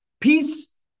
Peace